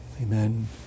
Amen